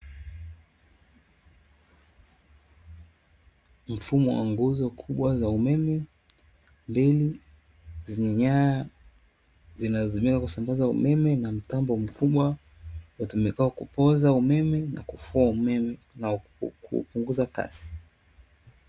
Mfumo wa nguzo kubwa za umeme zenye nyaya, zinazotumika kusambaza umeme na mtambo mkubwa, utumikao kupoza umeme na kufua umeme na kupunguza kasi.